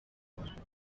muhanda